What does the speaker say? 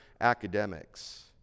academics